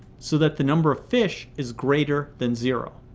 so that the number of fish is greater than zero.